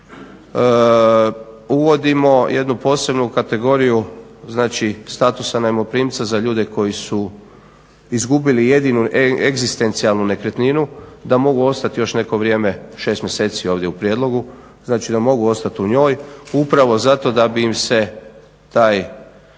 uvodimo jednu posebnu kategoriju znači statusa najmoprimca za ljude koji su izgubili jedinu egzistencijalnu nekretninu da mogu ostati još neko vrijeme, 6 mjeseci, ovdje u prijedlogu, znači da mogu ostati u njoj upravo zato da bi im se to